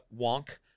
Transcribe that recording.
Wonk